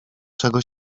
czego